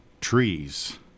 trees